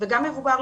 וגם מבוגר,